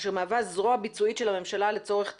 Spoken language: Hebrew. אשר מהווה זרוע ביצועית של הממשלה לצורך תכנון,